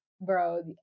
Bro